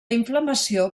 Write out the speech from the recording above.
inflamació